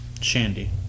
shandy